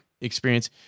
experience